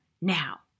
Now